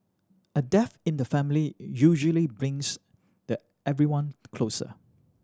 a death in the family usually brings the everyone closer